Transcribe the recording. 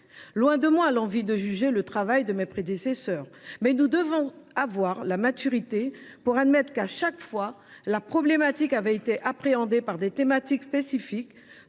Loin de moi l’envie de juger le travail de mes prédécesseurs, mais nous devons avoir la maturité nécessaire pour admettre qu’à chaque fois la problématique avait été appréhendée des thématiques spécifiques.